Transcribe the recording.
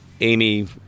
Amy